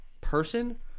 person